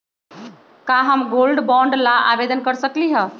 का हम gold bond ला आवेदन कर सकली ह?